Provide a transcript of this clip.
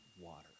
water